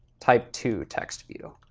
type two text view.